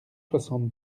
soixante